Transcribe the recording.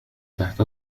تحت